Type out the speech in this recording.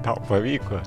tau pavyko